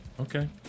Okay